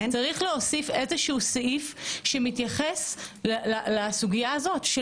צריך להוסיף איזשהו סעיף שמתייחס לסוגיה הזאת של